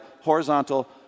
horizontal